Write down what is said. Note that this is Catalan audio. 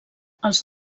els